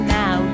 now